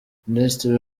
minisitiri